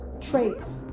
traits